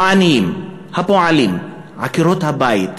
העניים, הפועלים, עקרות-הבית,